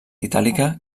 itàlica